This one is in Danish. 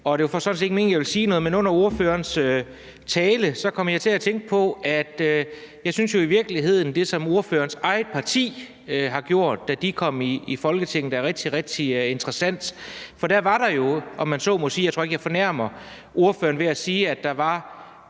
Det var sådan set ikke meningen, jeg ville sige noget, men under ordførerens tale kom jeg til at tænke på, at jeg i virkeligheden synes, at det, som ordførerens eget parti har gjort, da de kom i Folketinget, er rigtig, rigtig interessant, for da var der jo, om man så må sige – jeg tror ikke, jeg fornærmer ordføreren ved at sige det –